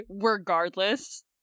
regardless